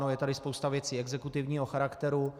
Je tady spousta věcí exekutivního charakteru.